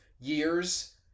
years